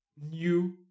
new